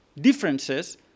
differences